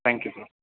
thank you